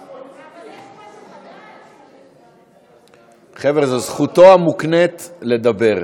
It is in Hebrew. תעשו מה שאתם, חבר'ה, זו זכותו המוקנית לדבר.